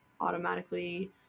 automatically